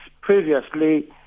previously